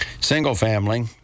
single-family